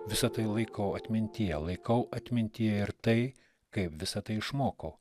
visa tai laikau atmintyje laikau atmintyje ir tai kaip visa tai išmoko